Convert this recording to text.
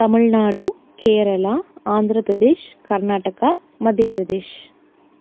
Tamil Nadu Kerala Andhra Pradesh Karnataka Madhya Pradesh